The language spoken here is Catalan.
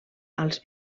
als